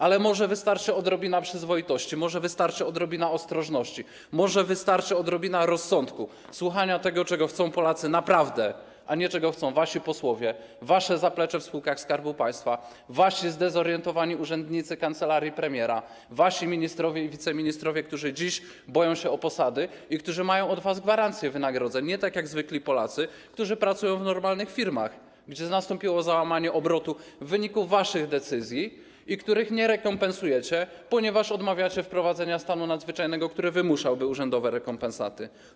Ale może wystarczy odrobina przyzwoitości, może wystarczy odrobina ostrożności, może wystarczy odrobina rozsądku, słuchania tego, czego naprawdę chcą Polacy, a nie tego, czego chcą wasi posłowie, wasze zaplecze w spółkach Skarbu Państwa, wasi zdezorientowani urzędnicy w kancelarii premiera, wasi ministrowie i wiceministrowie, którzy dziś boją się o posady, którzy mają od was gwarancję wynagrodzeń, nie tak jak zwykli Polacy, którzy pracują w normalnych firmach, gdzie nastąpiło załamanie obrotu w wyniku waszych decyzji, którego nie rekompensujecie, ponieważ odmawiacie wprowadzenia stanu nadzwyczajnego, który wymuszałby urzędowe rekompensaty.